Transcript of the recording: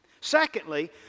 Secondly